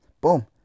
boom